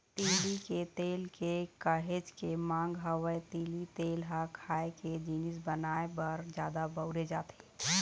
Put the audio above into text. तिली के तेल के काहेच के मांग हवय, तिली तेल ह खाए के जिनिस बनाए बर जादा बउरे जाथे